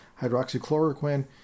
hydroxychloroquine